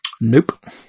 nope